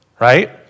right